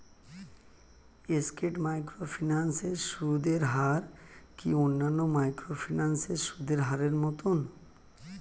স্কেট microfinance এর সুদের হার কি অন্যান্য মাইক্রোফিন্যান্স এর সুদের হারের মতন?